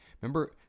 Remember